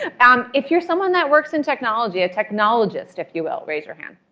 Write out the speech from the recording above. and if you're someone that works in technology a technologist, if you will raise your hand.